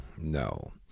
no